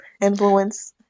influence